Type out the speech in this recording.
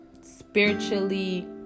spiritually